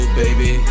baby